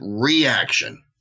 reaction